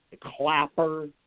Clapper